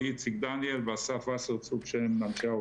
איציק דניאל ואסף וסרצוג שהם אנשי האוצר.